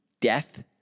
death